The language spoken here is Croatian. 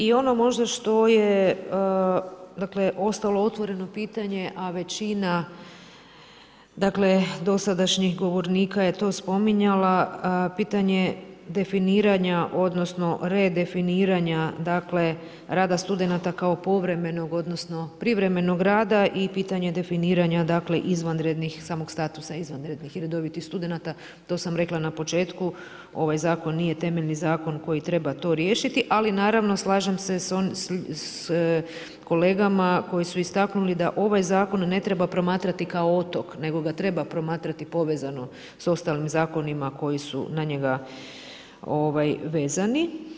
I ono možda što je ostalo otvoreno pitanje, a većina dosadašnjih govornika je to spominjala, pitanje definiranja, odnosno redefiniranja rada studenata kao povremenog, odnosno privremenog rada i pitanje definiranja izvanrednih, samog statusa izvanrednih i redovitih studenata, to sam rekla na početku, ovaj zakon nije temeljni zakon koji treba to riješiti, ali naravno slažem se s kolegama koji su istaknuli da ovaj zakon ne treba promatrati kao otok, nego ga treba promatrati povezano s ostalim zakonima koji su na njega vezani.